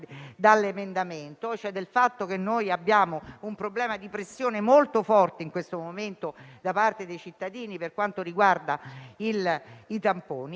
dall'emendamento - cioè dal fatto che noi abbiamo un problema di pressione molto forte in questo momento da parte dei cittadini per quanto riguarda i tamponi